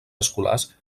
escolars